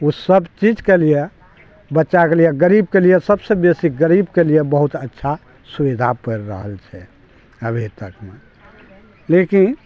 ओ सब चीजके लिए बच्चाके लिए गरीब के लिए सबसे बेसी गरीबके लिए बहुत अच्छा सुविधा परि रहल छै अभी तकमे लेकिन